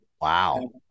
Wow